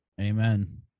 Amen